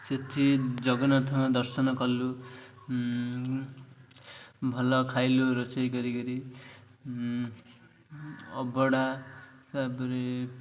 ସେଠି ଜଗନ୍ନାଥଙ୍କ ଦର୍ଶନ କଲୁ ଭଲ ଖାଇଲୁ ରୋଷେଇ କରିକିରି ଅବଢ଼ା ତା'ପରେ